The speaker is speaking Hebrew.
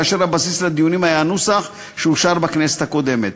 כאשר הבסיס לדיונים היה הנוסח שאושר בכנסת הקודמת.